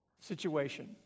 situation